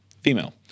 female